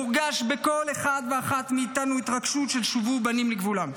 מורגשת בכל אחד ואחת מאיתנו התרגשות של "שבו בנים לגבולם".